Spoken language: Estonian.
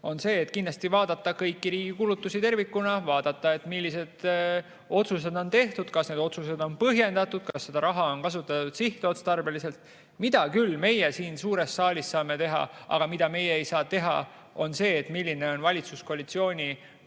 on see, et kindlasti vaadata kõiki riigi kulutusi tervikuna, vaadata, millised otsused on tehtud, kas need otsused on põhjendatud, kas raha on kasutatud sihtotstarbeliselt. Seda küll saame meie siin suures saalis teha, aga meie ei saa teha seda, et [otsustada] valitsuskoalitsioonipoliitikute